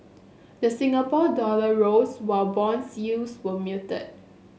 the Singapore dollar rose while bond yields were muted